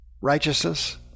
righteousness